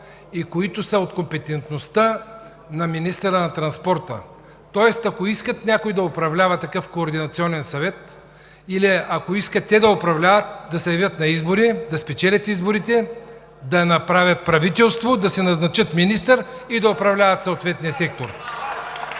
информационните технологии и съобщенията. Тоест, ако искат някой да управлява такъв Координационен съвет или ако искат те да управляват, да се явят на избори, да спечелят изборите, да направят правителство, да си назначат министър и да управляват съответния сектор.